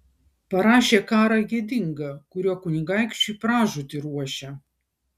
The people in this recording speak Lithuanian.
parašė karą gėdingą kuriuo kunigaikščiui pražūtį ruošia